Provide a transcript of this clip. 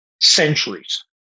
centuries